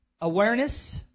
awareness